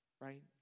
right